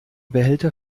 behälter